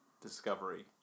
discovery